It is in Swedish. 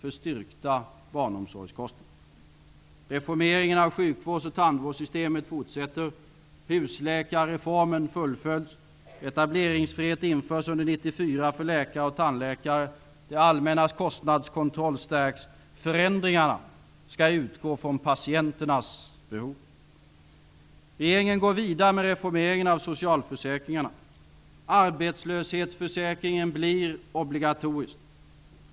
Reformeringen av sjukvårds och tandvårdssystemen fortsätter. Husläkarreformen fullföljs. Etableringsfrihet införs under 1994 för läkare och tandläkare. Det allmännas kostnadskontroll stärks. Förändringarna skall utgå från patienternas behov. Regeringen går vidare med reformeringen av socialförsäkringarna. Arbetslöshetsförsäkringen blir obligatorisk.